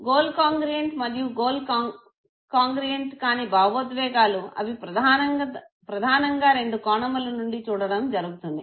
goal congruent మరియు goal congruent కాని భావోద్వేగాలు అవి ప్రధానంగా రెండు కోణముల నుండి చూడడం జరుగుతుంది